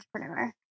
entrepreneur